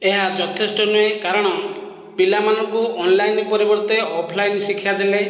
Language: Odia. ଏହା ଯଥେଷ୍ଟ ନୁହେଁ କାରଣ ପିଲାମାନଙ୍କୁ ଅନଲାଇନ ପରିବର୍ତ୍ତେ ଅଫଲାଇନ ଶିକ୍ଷା ଦେଲେ